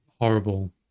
horrible